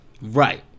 right